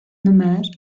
hommage